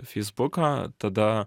feisbuką tada